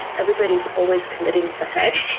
everybody is always committing to head.